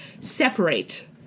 separate